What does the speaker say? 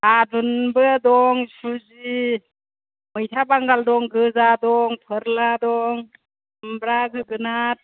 थादुनबो दं सुजि मैथा बांगाल दं गोजा दं फोरला दं खुमब्रा जोगोनार